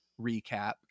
recap